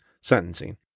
sentencing